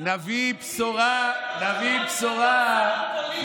נביא בשורה, למה פוליטי, פוליטי?